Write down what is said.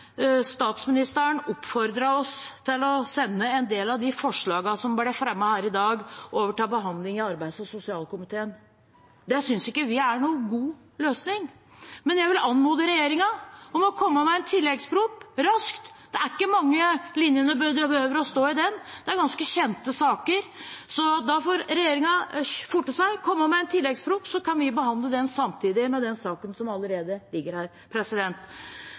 Statsministeren oppfordret oss til å sende en del av de forslagene som ble fremmet her i dag, over til behandling i arbeids- og sosialkomiteen. Det syns ikke vi er noen god løsning, men jeg vil anmode regjeringen om å komme med en tilleggsproposisjon raskt. Det er ikke mange linjene det behøver å stå i den. Det er ganske kjente saker. Da får regjeringen forte seg, komme med en tilleggsproposisjon, så kan vi behandle den samtidig med den saken som allerede ligger her.